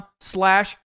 slash